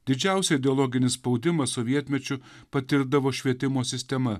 didžiausią ideologinį spaudimą sovietmečiu patirdavo švietimo sistema